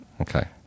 Okay